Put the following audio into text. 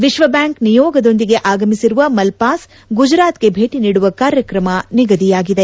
ವಿಶ್ವಬ್ಡಾಂಕ್ ನಿಯೋಗದೊಂದಿಗೆ ಆಗಮಿಸಿರುವ ಮಲ್ವಾಸ್ ಗುಜರಾತ್ಗೆ ಭೇಟಿ ನೀಡುವ ಕಾರ್ಯಕ್ರಮ ನಿಗದಿಯಾಗಿದೆ